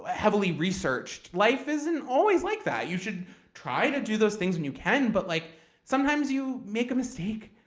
ah heavily researched. life isn't always like that. you should try to do those things, and you can, but like sometimes you make a mistake.